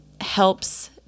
helps